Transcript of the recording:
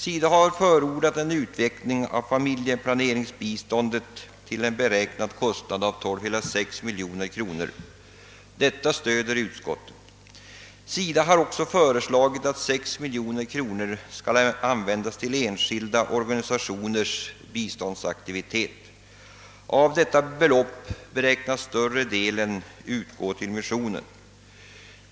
SIDA har förordat en utveckling av familjeplaneringsbiståndet till en beräknad kostnad av 12,6 miljoner kronor och detta stöds av utskottet. SIDA har också föreslagit att 6 miljoner kronor skall användas till enskilda organisationers biståndsaktivitet. Av detta belopp beräknas den större delen gå till missionen.